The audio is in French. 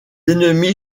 ennemis